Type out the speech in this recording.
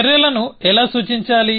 చర్యలను ఎలా సూచించాలి